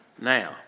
Now